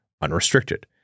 unrestricted